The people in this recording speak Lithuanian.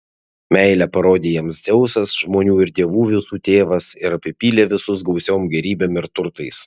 meilę parodė jiems dzeusas žmonių ir dievų visų tėvas ir apipylė visus gausiom gėrybėm ir turtais